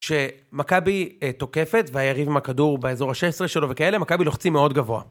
כשמכבי תוקפת והיריב עם הכדור באזור ה-16 שלו וכאלה, מכבי לוחצים מאוד גבוה.